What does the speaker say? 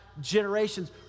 generations